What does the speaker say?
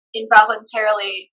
involuntarily